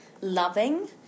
loving